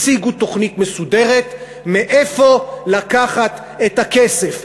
הציגו תוכנית מסודרת מאיפה לקחת את הכסף,